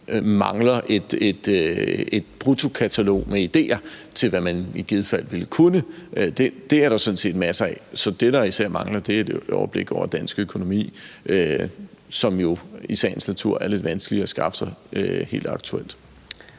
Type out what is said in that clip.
mangler et bruttokatalog med ideer til, hvad man i givet fald ville kunne; ideer er der sådan set masser af. Så det, der især mangler, er et overblik over dansk økonomi, som det jo i sagens natur er lidt vanskeligt at skaffe sig